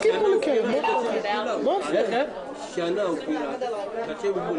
(הישיבה נפסקה בשעה 15:57 ונתחדשה בשעה